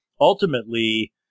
ultimately